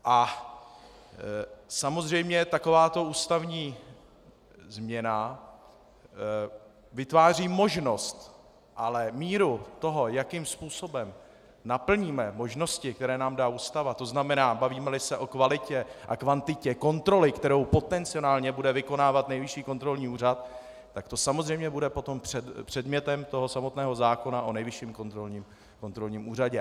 A samozřejmě takováto ústavní změna vytváří možnost, ale míru toho, jakým způsobem naplníme možnosti, které nám dá Ústava, to znamená, bavímeli se o kvalitě a kvantitě kontroly, kterou potenciálně bude vykonávat Nejvyšší kontrolní úřad, tak to samozřejmě bude potom předmětem samotného zákona o Nejvyšším kontrolním úřadu.